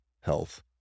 health